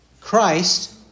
Christ